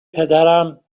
پدرم